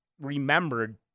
remembered